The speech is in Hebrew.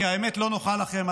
כי האמת לא נוחה לכם,